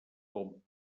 com